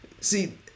See